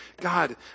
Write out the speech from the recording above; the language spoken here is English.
God